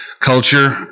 culture